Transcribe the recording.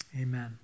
amen